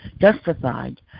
justified